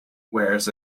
wears